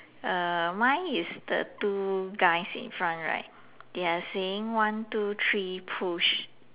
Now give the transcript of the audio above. err mine is the two guys in front right they are saying one two three push